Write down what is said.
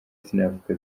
sinavuga